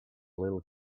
little